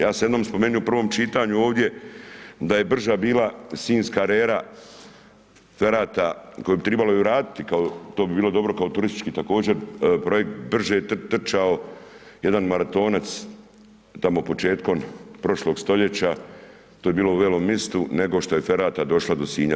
Ja sam jednom spomenuo u prvom čitanju ovdje, da je brže bila sinjska … koje bi tribalo i vratiti, kao to bi bilo dobro kao turistički također projekt, brže trčao jedan maratonac tamo početkom prošlog stoljeća, to je bilo u Velim Mistu, nego što je ferata došla do Sinja.